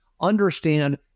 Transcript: understand